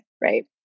right